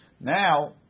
Now